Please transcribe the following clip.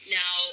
now